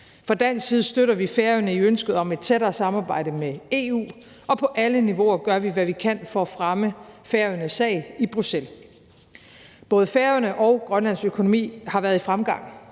Fra dansk side støtter vi Færøerne i ønsket om et tættere samarbejde med EU, og på alle niveauer gør vi, hvad vi kan, for at fremme Færøernes sag i Bruxelles. Både Færøerne og Grønlands økonomi har været i fremgang,